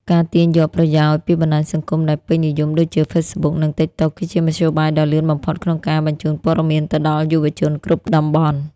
ការទាញយកប្រយោជន៍ពីបណ្ដាញសង្គមដែលពេញនិយមដូចជា ហ្វេសប៊ុក និងតីកតុក គឺជាមធ្យោបាយដ៏លឿនបំផុតក្នុងការបញ្ជូនព័ត៌មានទៅដល់យុវជនគ្រប់តំបន់។